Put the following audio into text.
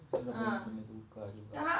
kena tukar juga